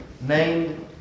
named